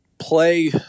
Play